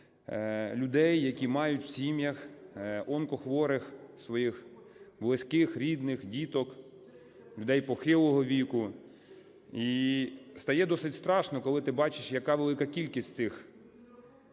людей, які мають в сім'ях онкохворих, своїх близьких, рідних, діток, людей похилого віку. І стає досить страшно, коли ти бачиш, яка велика кількість цих